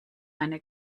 eine